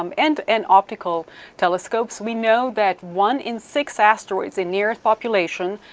um and and optical telescopes, we know that one in six asteroids in near earth population,